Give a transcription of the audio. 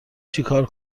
چیکار